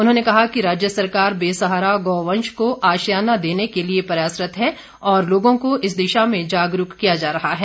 उन्होंने कहा कि राज्य सरकार बेसहारा गौवंश को आशियाना देने के लिए प्रयासरत है और लोगों को इस दिशा में जागरूक किया जा रहा है